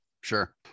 sure